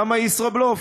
למה ישראבלוף?